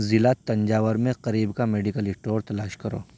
ضلع تنجاور میں قریب کا میڈیکل اسٹور تلاش کرو